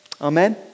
Amen